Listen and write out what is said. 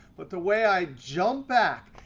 but the way i jump back.